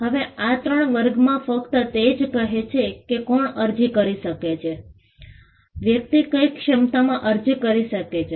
હવે આ ત્રણ વર્ગોમાં ફક્ત તે જ કહે છે કે કોણ અરજી કરી શકે છે વ્યક્તિ કઈ ક્ષમતામાં અરજી કરી શકે છે